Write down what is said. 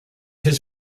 his